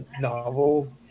novel